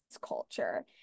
culture